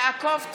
יעקב טסלר,